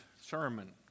sermon